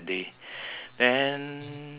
which they